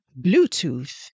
Bluetooth